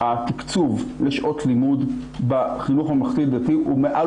התקצוב לשעות לימוד בחינוך הממלכתי-דתי הוא מעל